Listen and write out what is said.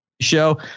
show